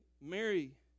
Mary